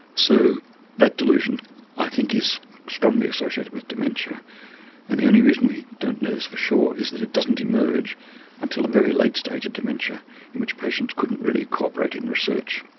so that delusion i think is strongly associated with dementia and the only reason we don't know this for sure is that it doesn't emerge until a very late stage of dementia in which patients couldn't really cooperate in research.